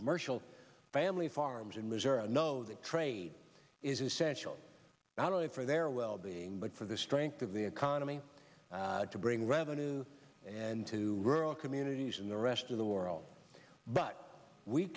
commercial family farms in missouri know that trade is essential not only for their well being but for the strength of the economy to bring revenue and to rural communities in the rest of the world but we